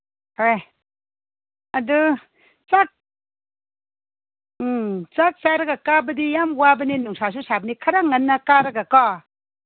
ꯍꯣꯏ ꯑꯗꯨ ꯎꯝ ꯆꯥꯛ ꯆꯥꯔꯒ ꯀꯥꯕꯗꯤ ꯌꯥꯝ ꯋꯥꯕꯅꯤ ꯅꯨꯡꯁꯥꯁꯨ ꯁꯥꯕꯅꯤ ꯈꯔ ꯉꯟꯅ ꯀꯥꯔꯒꯀꯣ